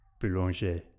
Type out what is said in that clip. Boulanger